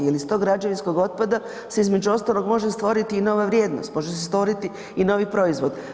Jel iz tog građevinskog otpada se između ostalog može stvoriti i nova vrijednost, može se stvoriti i novi proizvod.